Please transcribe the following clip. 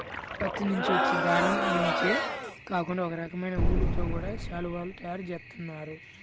పత్తి నుంచి వచ్చే దారం నుంచే కాకుండా ఒకరకమైన ఊలుతో గూడా శాలువాలు తయారు జేత్తన్నారు